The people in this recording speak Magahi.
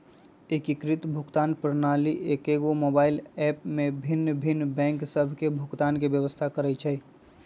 एकीकृत भुगतान प्रणाली एकेगो मोबाइल ऐप में भिन्न भिन्न बैंक सभ के भुगतान के व्यवस्था करइ छइ